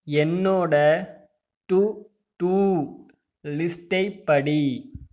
என்னோட to do லிஸ்ட்டைப் படி